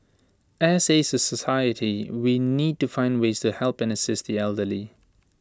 as A society we need to find ways to help and assist the elderly